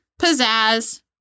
Pizzazz